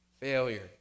Failure